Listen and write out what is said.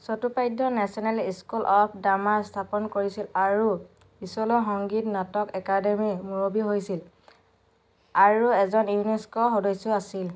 Chattopadhyay national school of drama স্থাপন কৰিছিল আৰু পিছলৈ সংগীত নাটক একাডেমীৰ মুৰব্বী হৈছিল আৰু এজন ইউনেস্কোৰ সদস্যও আছিল